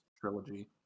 trilogy